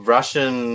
Russian